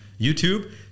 YouTube